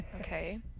Okay